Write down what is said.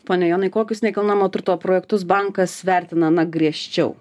pone jonai kokius nekilnojamo turto projektus bankas vertina na griežčiau